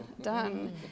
done